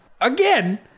again